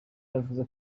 yavuze